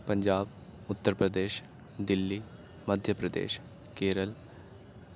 Punjab Uttar Pradesh Delhi Madhya Pradesh Kerala